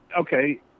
Okay